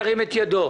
ירים את ידו.